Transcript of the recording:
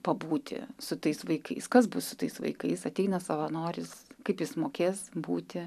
pabūti su tais vaikais kas bus su tais vaikais ateina savanoris kaip jis mokės būti